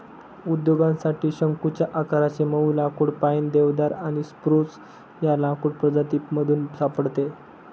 उद्योगासाठी शंकुच्या आकाराचे मऊ लाकुड पाईन, देवदार आणि स्प्रूस या लाकूड प्रजातीमधून सापडते